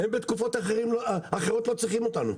בתקופות אחרות הם לא צריכים אותנו,